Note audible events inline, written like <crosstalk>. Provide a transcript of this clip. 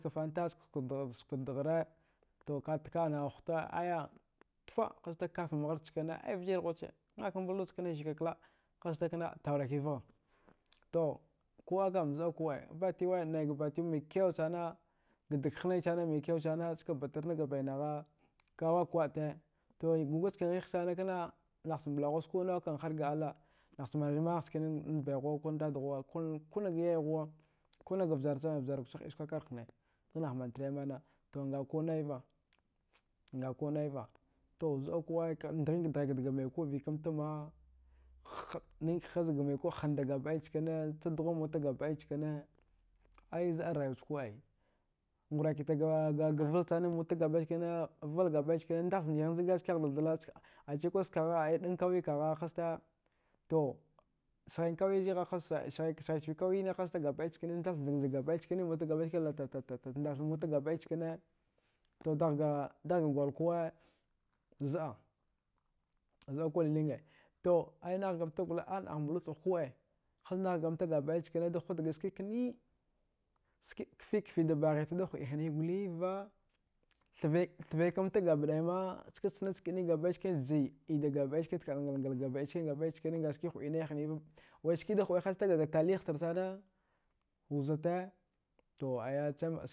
Kuga fanta ska suktardaghare kataka ana huta aya tfa hastak kufanghar chkane avjir ghuche maɗka mbaldu chana zika klaɗ hazta kna tauraki vgha to kuɗa kam zɗa kuɗa batiwe naiga batiw maikyua sana gadag hnai sana maikyau sana ska bataranga bainagha ka waɗka waɗte to gugachka ghigh sanakna naghcha mblaghuz kuɗ naukam harga allah nacha manarimangh chkanin baighuwa ko dad ghuwa kun kungha yay ghuwa kunga vjarchaghe vjarnukchagh hɗiskwakar hne zaghnah mantrimana to nga kuɗ naiva, nga kuɗnaiva to zɗa kuɗa naghika dghaika daga maikuɗ vɗikamtama <hesitation> nghinka hazga mai kuɗ zanda gabɗai chkane sta dughummota gabɗai chkane ai zɗa rayuwach kuɗ ai nguratikaga walsanan motagabɗai chkane, wal gabɗai chkane ndach nghigh njag skaghda thla achikwa skagha ai dan kauye kagha hazta to sghain kauye zigha hazte, sghai. sghai chvi kauyene hazta gabɗai chkane azndath njakkanjag gabɗai chkanen mota gabɗai chkane latatatat ndathan mota gabɗai chkane to daghga daghda gwal kuɗa zɗa zɗakuɗa lilinge to ai nahgamta gole ai nah mbalduchag kuɗe haznahkamta gabɗai chkane da hutgha ske kniiɗ ski kfikfida baghitada huɗi hniva, thvaikamta gabdaima ska chnachkane gabɗai chkane jii ida gabɗai chkane da kɗangalgal gabɗai chkane nga ski huɗi nai hniva wai sida huɗi hazta kaga taliagh tarsana wuzata to aya